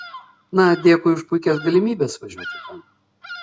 na dėkui už puikias galimybės važiuoti ten